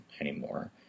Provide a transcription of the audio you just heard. anymore